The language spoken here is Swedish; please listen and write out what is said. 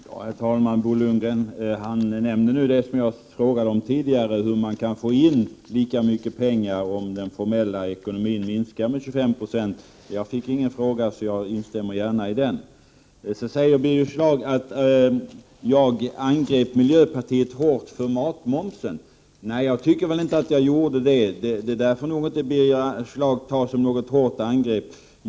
Herr talman! Bo Lundgren tog upp det som jag frågade om tidigare, nämligen hur man kan få in lika mycket pengar om den formella ekonomin minskar med 25 Ze. Jag fick ingen fråga på den punkten, så jag instämmer gärna i det han sade. Birger Schlaug säger att jag angrep miljöpartiet hårt för matmomsen. Nej, det tycker jag inte att jag gjorde. Detta får inte Birger Schlaug ta som något hårt angrepp.